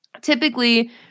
typically